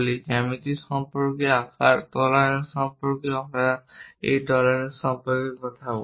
জ্যামিতি সম্পর্কিত আকার টলারেন্স সম্পর্কেও আমরা এই টলারেন্স সম্পর্কে কথা বলি